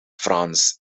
france